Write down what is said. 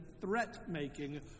threat-making